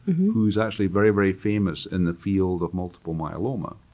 who is actually very, very famous in the field of multiple myeloma.